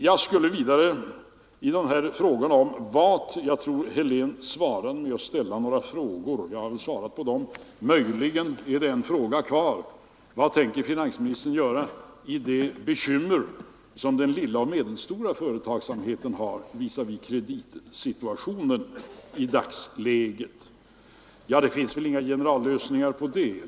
Jag tror att herr Helén svarade med att ställa några frågor. Jag har väl svarat på dem. Möjligen är det en fråga kvar: ”Vad tänker finansministern göra med anledning av de bekymmer som den lilla och medelstora företagsamheten har visavi kreditsituationen i dagsläget?” Det finns väl inga generallösningar på detta.